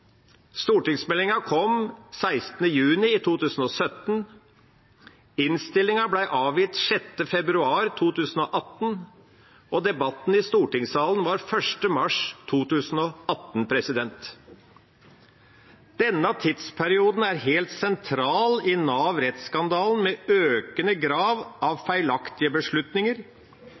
innstillinga ble avgitt 6. februar 2018, og debatten i stortingssalen var 1. mars 2018. Denne tidsperioden er helt sentral i Nav-rettsskandalen, med økende grad av feilaktige beslutninger,